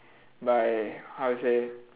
by how to say